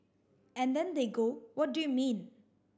and then they go what do you mean